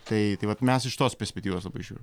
tai tai vat mes iš tos perspektyvos labai žiūrim